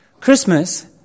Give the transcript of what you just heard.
Christmas